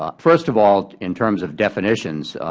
ah first of all, in terms of definitions,